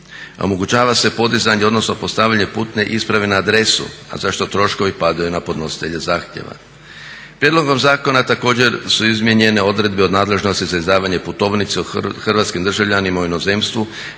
Omogućava se podizanje odnosno postavljanje putne isprave na adresu, a zašto troškovi padaju na podnositelja zahtjeva. Prijedlogom zakona također su izmijene odredbe o nadležnosti za izdavanje putovnice hrvatskim državljanima u inozemstvu